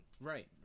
Right